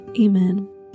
Amen